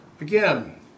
Again